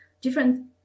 different